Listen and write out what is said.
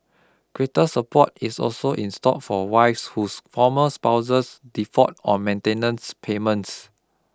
greater support is also in store for wives whose former spouses default on maintenance payments